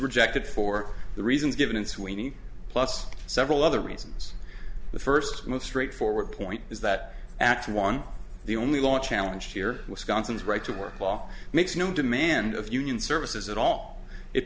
rejected for the reasons given sweeney plus several other reasons the first most straightforward point is that actually won the only want challenge here wisconsin's right to work law makes no demand of union services at all it